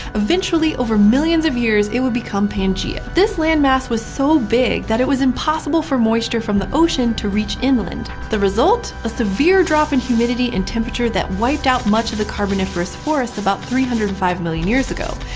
eventually, over millions of years, it would become pangea. this landmass was so big that it was impossible for moisture from the ocean to reach inland. the result a severe drop in humidity and temperature that wiped out much of the carboniferous forests about three hundred and five million years ago.